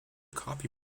copy